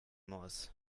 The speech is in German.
muss